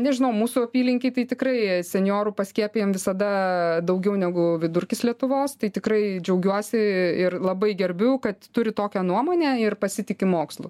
nežinau mūsų apylinkėj tai tikrai senjorų paskiepijam visada daugiau negu vidurkis lietuvos tai tikrai džiaugiuosi ir labai gerbiu kad turi tokią nuomonę ir pasitiki mokslu